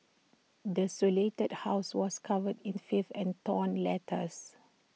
desolated house was covered in filth and torn letters